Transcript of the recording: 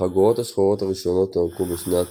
החגורות השחורות הראשונות הוענקו בשנת